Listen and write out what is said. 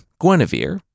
Guinevere